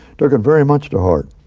took it very much to heart.